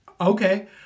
Okay